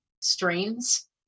strains